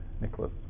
Nicholas